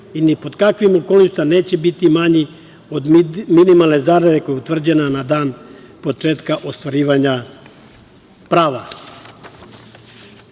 ni pod kakvim okolnostima neće biti manji od minimalne zarade koja je utvrđena na dan početka ostvarivanja prava. Pored